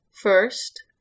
first